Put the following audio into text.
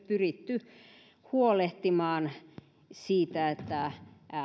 pyritty huolehtimaan myös siitä että